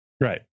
Right